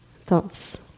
Thoughts